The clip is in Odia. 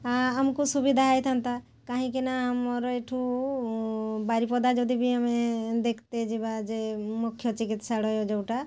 ଆ ଆମକୁ ସୁବିଧା ହେଇଥାନ୍ତା କାହିଁକି ନା ଆମର ଏଠୁ ବାରିପଦା ଯଦି ଆମେ ଦେଖତେ ଯିବା ଯେ ମୁଖ୍ୟ ଚିକିତ୍ସାଳୟ ଯେଉଁଟା